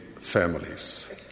families